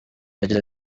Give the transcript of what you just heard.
yagize